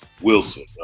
Wilson